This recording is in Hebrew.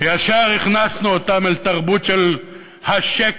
שישר הכנסנו אותם אל תרבות של "השקט